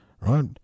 right